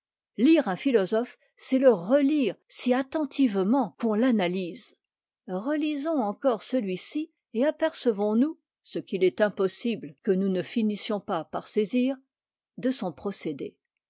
lire un philosophe c'est le relire si attentivement qu'on l'analyse relisons encore celui-ci et apercevons nous ce qu'il est impossible que nous ne finissions pas par saisir de son procédé